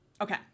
Okay